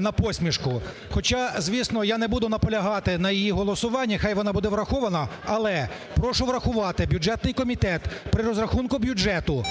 на посмішку. Хоча, звісно, я не буду наполягати на її голосуванні, хай вона буде врахована. Але прошу врахувати бюджетний комітет при розрахунку бюджету,